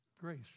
Grace